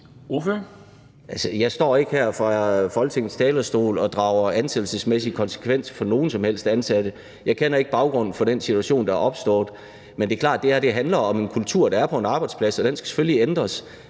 Jeg står ikke her fra Folketingets talerstol og drager ansættelsesmæssige konsekvenser for nogen som helst ansatte. Jeg kender ikke baggrunden for den situation, der er opstået. Men det er klart, at det her handler om en kultur, der er på en arbejdsplads, og den skal selvfølgelig ændres.